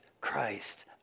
Christ